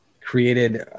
created